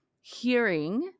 hearing